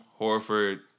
Horford